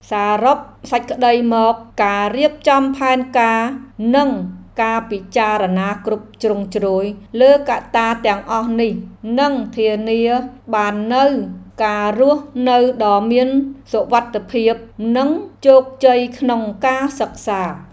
សរុបសេចក្តីមក ការរៀបចំផែនការ និងការពិចារណាគ្រប់ជ្រុងជ្រោយលើកត្តាទាំងអស់នេះ នឹងធានាបាននូវការរស់នៅដ៏មានសុវត្ថិភាព និងជោគជ័យក្នុងការសិក្សា។